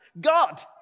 God